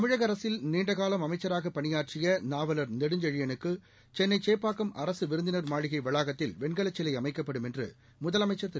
தமிழக அரசில் நீண்டகாலம் அமைச்சராக பணியாற்றிய நாவலர் நெடுஞ்செழியனுக்கு சென்னை சேப்பாக்கம் அரசு விருந்தினர் மாளிகை வளாகத்தில் வெண்கலச் சிலை அமைக்கப்படும் என்று முதலமைச்சர் திரு